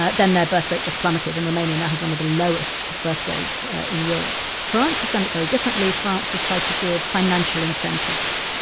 ah then their birthrate just plummeted. and romania now has one of the lowest birthrate in europe. france has done it very differently. france has tried to give financial incentives.